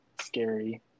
scary